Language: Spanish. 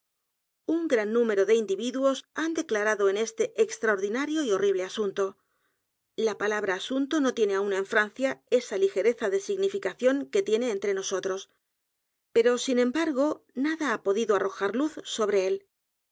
un gran número de individuos han declarado en este extraordilos crímenes de la calle morgue nario y horrible asunto la palabra asuntono tiene aún en francia esa ligereza de significación que tiene entre nosotros pero sin embargo nada ha podido arrojar luz sobre él